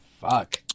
Fuck